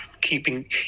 keeping